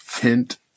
hint